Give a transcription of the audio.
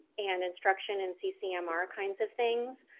and instruction, and ccmr kinds of things.